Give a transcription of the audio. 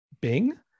Bing